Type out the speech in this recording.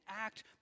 act